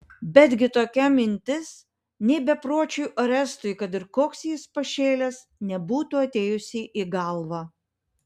betgi tokia mintis nė bepročiui orestui kad ir koks jis pašėlęs nebūtų atėjusi į galvą